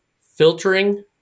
filtering